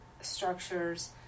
structures